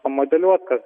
pamodeliuot kad